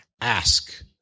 ask